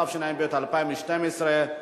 התשע"ב 2012,